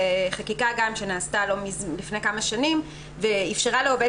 זו חקיקה שנעשתה לפני כמה שנים ואפשרה לעובד